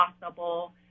possible